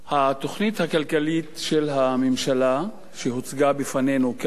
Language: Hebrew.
התוכנית הכלכלית של הממשלה, שהוצגה בפנינו כאן,